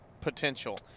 potential